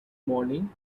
morning